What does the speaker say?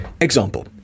Example